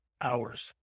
hours